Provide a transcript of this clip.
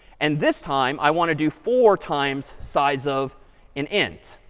and this time i want to do four times size of an int.